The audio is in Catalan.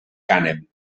cànem